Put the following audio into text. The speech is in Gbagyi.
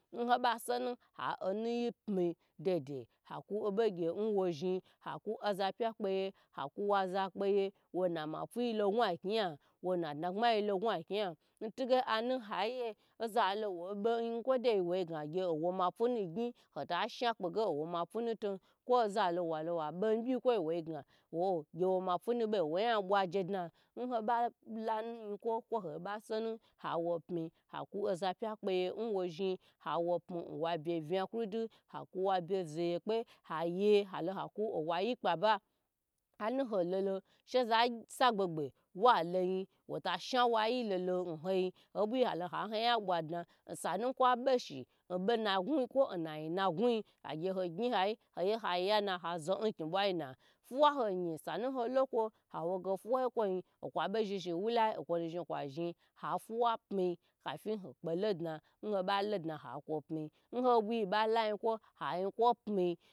Nhoba sonu ha onu yi pyi dedei haku hobo gye nwo zhn haku oza pya kpe ye haku wa za kwo yi kpeye wona ma puyi lo gwagyiya, wona daagbmayi lo gwakniya ntige oza lowo benyi kwo doi wagye nwo ma punu gyn hota sha kpege howoma punuton oza lowa be byi kwoyi waga ge mapu yi ɓu woya bwaje dna nho ba layi kwo kwo ho ba sonu ha wo pye hakpe za pya kpeye nwo zhn awo pyi hah u wa bye zeye kpe vna kudu hayi halo haku wayi kpa ba hanu kololo she za sa gbegbe waloyi wolasha wa yilolo n hoyin ho bu halo haho yan bwadna sanu kwa be shi n'nbo nagu kwo n nayi na gun ha gyn hayi hoye haya na hoye ha zo na nkni bwayina fuwa hoyi sanu holo kwo awoge okwa bo zhn zhn wu lai okwo nu zhn kwa zhn ha fuwa pmi kafi ho kpe lo dna nhoba lo dna hakwo pimi nho bw ba yinkwo ha yinkwo pmi.